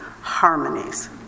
harmonies